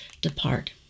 depart